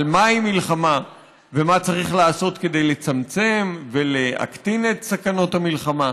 על מהי מלחמה ומה צריך לעשות כדי לצמצם ולהקטין את סכנות המלחמה.